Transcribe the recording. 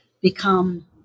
become